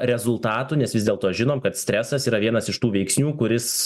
rezultatų nes vis dėlto žinom kad stresas yra vienas iš tų veiksnių kuris